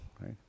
right